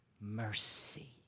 Mercy